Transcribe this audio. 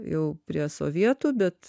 jau prie sovietų bet